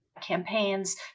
campaigns